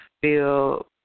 feel